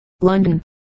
London